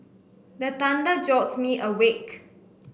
the thunder jolt me awake